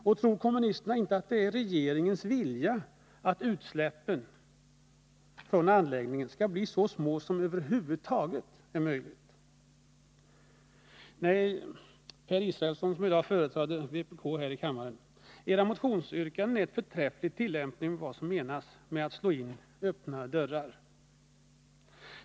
Och tror kommunisterna inte att det är regeringens vilja att utsläppen från anläggningen skall bli så små som över huvud taget är möjligt? Nej, Per Israelsson, som i dag företräder vpk här i kammaren, era motionsyrkanden är ett förträffligt exempel på vad som menas med att slå in öppna dörrar.